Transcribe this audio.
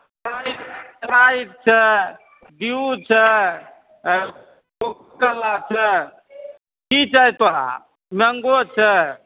नहि नहि की चाही तोरा मैंगो छै